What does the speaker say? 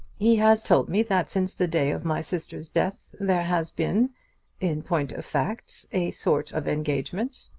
he has told me that since the day of my sister's death there has been in point of fact, a sort of engagement.